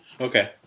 Okay